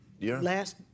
last